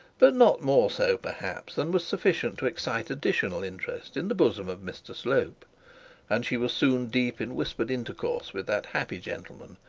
but not more so perhaps than was sufficient to excite additional interest in the bosom of mr slope and she was soon deep in whispered intercourse with that happy gentleman,